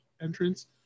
entrance